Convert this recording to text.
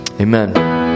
Amen